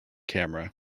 camera